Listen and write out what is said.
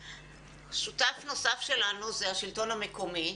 שותף נוסף שלנו הוא השלטון המקומי,